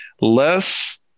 less